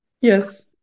Yes